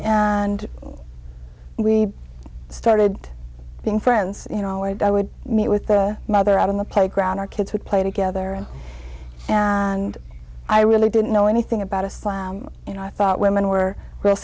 and we started being friends you know i would meet with their mother out in the playground our kids would play together and now and i really didn't know anything about a slab and i thought women were